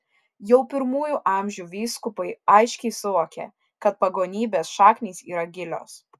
jau pirmųjų amžių vyskupai aiškiai suvokė kad pagonybės šaknys yra gilios